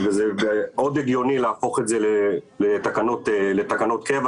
זה מאוד הגיוני להפוך את זה לתקנות קבע,